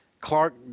Clark